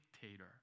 dictator